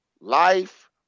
Life